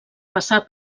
passar